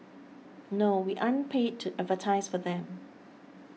no we aren't paid to advertise for them